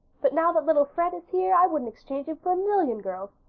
but now that little fred is here i wouldn't exchange him for a million girls.